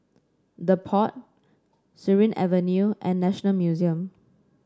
The Pod Surin Avenue and National Museum